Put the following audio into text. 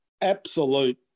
absolute